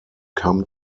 come